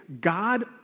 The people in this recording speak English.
God